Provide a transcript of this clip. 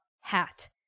Hat